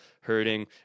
hurting